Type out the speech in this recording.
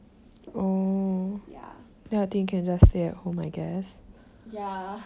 I really really like animal crossing so I I think I will like just play twenty four seven already